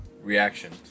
reaction